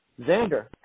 Xander